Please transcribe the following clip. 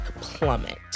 plummet